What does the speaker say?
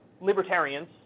libertarians